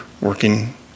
working